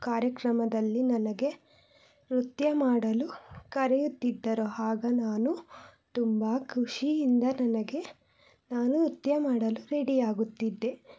ಕಾರ್ಯಕ್ರಮದಲ್ಲಿ ನನಗೆ ನೃತ್ಯ ಮಾಡಲು ಕರೆಯುತ್ತಿದ್ದರು ಆಗ ನಾನು ತುಂಬ ಖುಷಿಯಿಂದ ನನಗೆ ನಾನು ನೃತ್ಯ ಮಾಡಲು ರೆಡಿಯಾಗುತ್ತಿದ್ದೆ